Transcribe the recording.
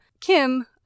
Kim